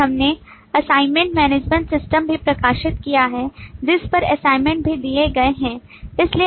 और हमने assignment management system भी प्रकाशित किया है जिस पर असाइनमेंट भी दिए गए हैं